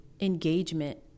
engagement